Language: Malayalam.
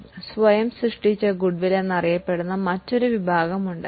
സെല്ഫ് ജനറേറ്റഡ് ഗുഡ്വിൽ എന്നറിയപ്പെടുന്ന ഗുഡ്വില്ലിന്റെ മറ്റൊരു വിഭാഗം ഉണ്ട്